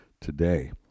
today